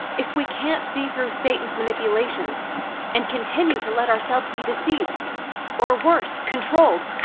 if we can't see through satan's manipulations and continue to let ourselves be deceived or worse controlled,